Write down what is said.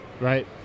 right